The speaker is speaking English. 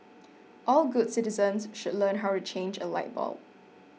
all good citizens should learn how to change a light bulb